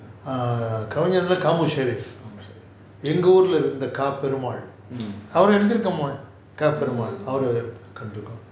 err கவிஞர்ல கா மு:kavingar kaa mu sheriff எங்க ஊருல இருந்த க:enga oorla iruntha ka perumal அவர் எழுதி இருக்க மாட்டார்:avar ezhuthi iruka maataar